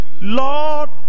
Lord